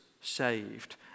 saved